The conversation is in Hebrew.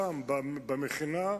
שם במכינה,